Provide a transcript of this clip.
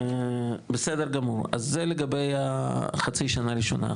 בסדר גמור, אז זה לגבי החצי שנה הראשונה.